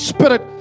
Spirit